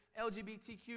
LGBTQ